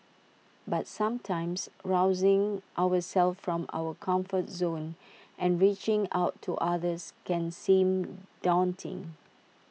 but sometimes rousing ourselves from our comfort zones and reaching out to others can seem daunting